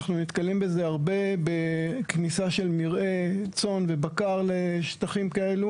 אנחנו נתקלים בזה הרבה בכניסה של מרעה צאן ובקר לשטחים כאלה